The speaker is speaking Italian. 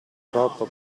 troppo